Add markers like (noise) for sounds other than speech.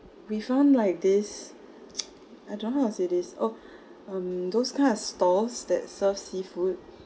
we found like this (noise) I don't know how to say this oh um mm those kind of stalls that serve seafood